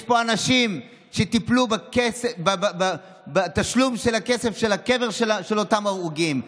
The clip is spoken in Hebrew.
יש פה אנשים שטיפלו בתשלום הכסף לקבר של אותם הרוגים,